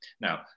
Now